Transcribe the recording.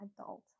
Adult